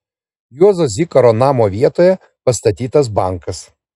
juozo zikaro namo vietoje pastatytas bankas